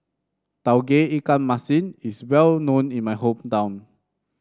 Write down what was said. Tauge Ikan Masin is well known in my hometown